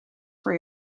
for